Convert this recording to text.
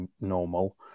normal